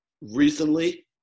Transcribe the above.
recently